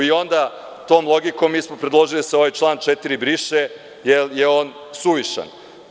I onda, tom logikom, mi smo predložili da se ovaj član 4. briše, jer je on suvišan.